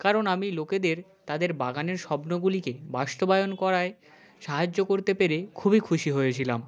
কারণ আমি লোকেদের তাদের বাগানের স্বপ্নগুলিকে বাস্তবায়ন করায় সাহায্য করতে পেরে খুবই খুশি হয়েছিলাম